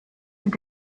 mit